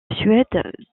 suède